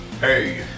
Hey